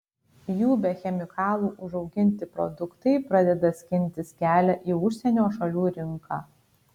jų be chemikalų užauginti produktai pradeda skintis kelią į užsienio šalių rinką